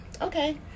okay